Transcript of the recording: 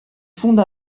fonde